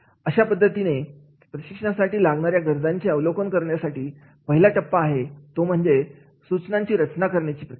अशा पद्धतीने प्रशिक्षणासाठी लागणाऱ्या गरजांचे अवलोकन करण्यामध्ये पहिला टप्पा आहे तो म्हणजे सूचनांची रचना करण्याची प्रक्रिया